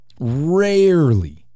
Rarely